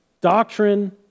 Doctrine